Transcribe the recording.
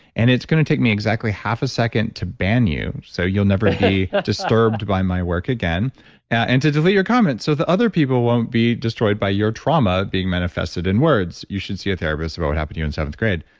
and it's going to take me exactly half a second to ban you so you'll never be disturbed by my work again and to delete your comments so the other people won't be destroyed by your trauma being manifested in words. you should see a therapist about what happened to you in seventh grade.